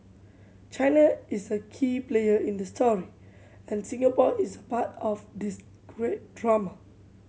China is a key player in the story and Singapore is a part of this great drama